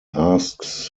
asks